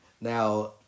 Now